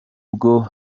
bwo